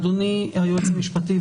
אדוני היועץ המשפטי,